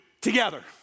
together